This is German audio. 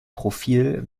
profil